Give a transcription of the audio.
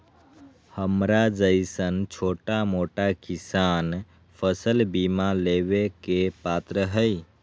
हमरा जैईसन छोटा मोटा किसान फसल बीमा लेबे के पात्र हई?